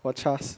!wah! CHAS